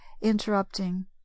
interrupting